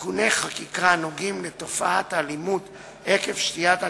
תיקוני חקיקה הנוגעים בתופעת האלימות עקב שתיית אלכוהול,